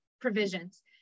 provisions